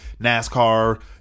NASCAR